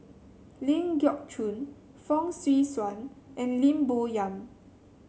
Ling Geok Choon Fong Swee Suan and Lim Bo Yam